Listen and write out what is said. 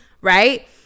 right